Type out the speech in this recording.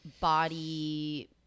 body